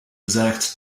exact